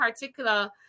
particular